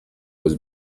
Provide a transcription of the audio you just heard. was